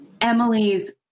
Emily's